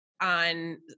on